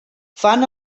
fan